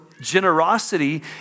generosity